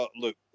look